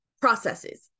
processes